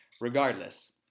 regardless